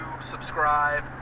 subscribe